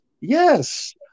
Yes